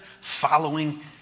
following